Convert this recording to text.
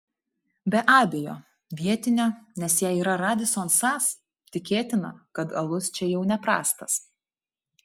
be abejo vietinio nes jei yra radisson sas tikėtina kad alus čia jau neprastas